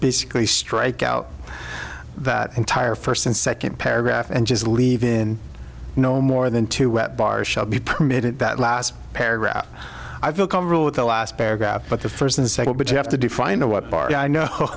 basically strike out that entire first and second paragraph and just leave in no more than two wet bars shall be permitted that last paragraph i feel comfortable with the last paragraph but the first and second but you have to define what part i know